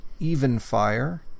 evenfire